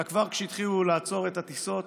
אלא כבר כשהתחילו לעצור את הטיסות